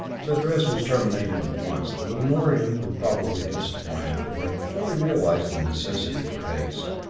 the address was terminated at once. the lanorians were probably disappointed, but they fully realized the necessity for haste.